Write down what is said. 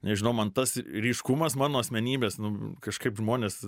nežinau man tas ryškumas mano asmenybės nu kažkaip žmonės